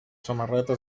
samarreta